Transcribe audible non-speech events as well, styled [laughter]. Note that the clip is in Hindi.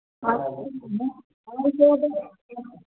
[unintelligible]